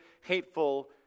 hateful